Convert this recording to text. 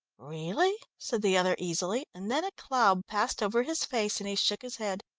really? said the other easily, and then a cloud passed over his face and he shook his head.